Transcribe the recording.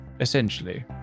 essentially